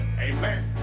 Amen